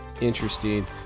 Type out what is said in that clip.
interesting